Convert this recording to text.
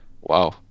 wow